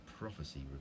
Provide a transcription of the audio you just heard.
prophecy